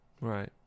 Right